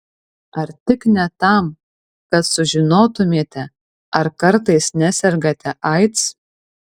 ar tik ne tam kad sužinotumėte ar kartais nesergate aids